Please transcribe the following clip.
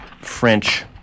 French